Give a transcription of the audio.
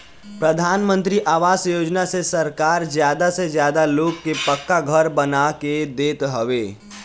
प्रधानमंत्री आवास योजना से सरकार ज्यादा से ज्यादा लोग के पक्का घर बनवा के देत हवे